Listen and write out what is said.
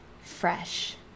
Fresh